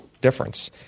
difference